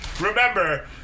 Remember